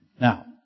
Now